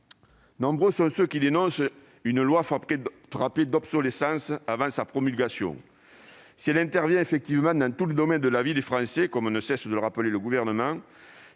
Nombreux sont ceux qui dénoncent une loi frappée d'obsolescence avant même sa promulgation. Si elle intervient effectivement dans tous les domaines de la vie des Français, comme ne cesse de le rappeler le Gouvernement,